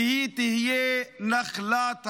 והיא תהיה נחלת העבר.